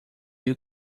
you